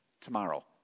tomorrow